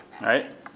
right